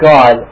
God